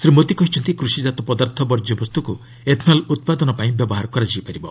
ଶ୍ରୀ ମୋଦି କହିଛନ୍ତି କୃଷିକାତ ପଦାର୍ଥ ବର୍ଜ୍ୟବସ୍ତୁକୁ ଏଥ୍ନଲ୍ ଉତ୍ପାଦନ ପାଇଁ ବ୍ୟବହାର କରାଯାଇପାରିବ